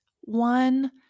one